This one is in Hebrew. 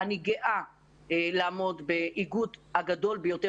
הנה משהו שאנחנו ממש לא חולקות עליו בכלל.